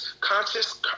conscious